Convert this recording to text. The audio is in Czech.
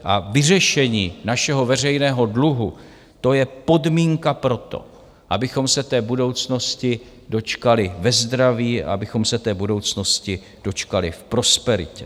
A vyřešení našeho veřejného dluhu, to je podmínka pro to, abychom se té budoucnosti dočkali ve zdraví, abychom se té budoucnosti dočkali v prosperitě.